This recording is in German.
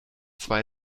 zwei